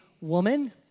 woman